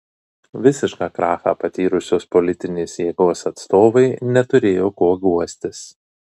visišką krachą patyrusios politinės jėgos atstovai neturėjo kuo guostis